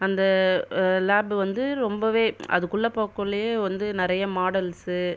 அந்த லேப்பு வந்து ரொம்பவே அதுக்குள்ள போகக்குள்ளயே வந்து நிறைய மாடேல்ஸ்சு